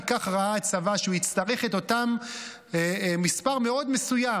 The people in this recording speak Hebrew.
כי כך ראה הצבא שהוא יצטרך את אותו מספר מאוד מסוים,